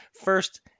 First